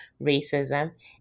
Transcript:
racism